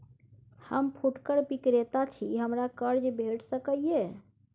हम फुटकर विक्रेता छी, हमरा कर्ज भेट सकै ये?